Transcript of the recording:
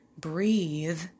breathe